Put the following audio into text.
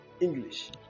English